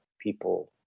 people